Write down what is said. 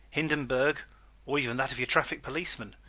hindenberg or even that of your traffic policeman,